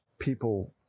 people